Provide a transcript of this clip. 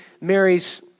Mary's